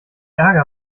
ärger